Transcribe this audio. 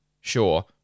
sure